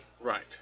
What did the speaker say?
Right